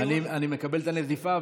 אני מקבל את הנזיפה,